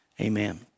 Amen